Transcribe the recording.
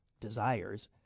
desires